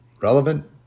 relevant